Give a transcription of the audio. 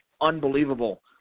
unbelievable